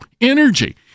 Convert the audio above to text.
energy